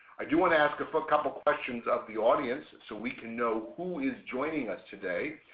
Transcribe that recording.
i do want to ask a couple questions of the audience so we can know who is joining us today.